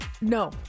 No